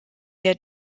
der